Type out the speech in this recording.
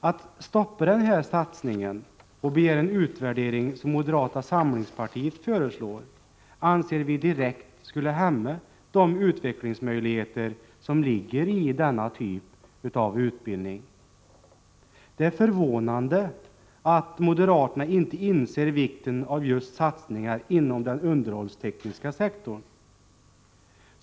Att stoppa denna satsning och begära en utvärdering, som moderata samlingspartiet föreslår, anser vi direkt skulle hämma de utvecklingsmöjligheter som ligger i denna typ av utbildning. Det är förvånande att moderaterna inte inser vikten av just satsningar inom den underhållstekniska sektorn.